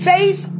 Faith